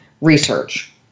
research